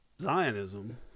zionism